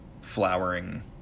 flowering